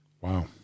Wow